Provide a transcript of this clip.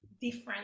different